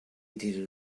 did